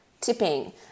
Tipping